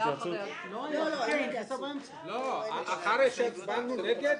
סעיף 29 6 נגד,